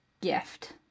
gift